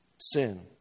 sin